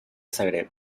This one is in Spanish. zagreb